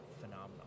phenomenal